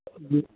جی